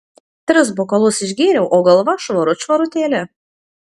tris bokalus išgėriau o galva švarut švarutėlė